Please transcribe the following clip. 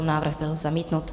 Návrh byl zamítnut.